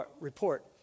report